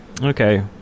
Okay